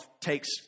takes